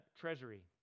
treasury